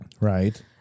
Right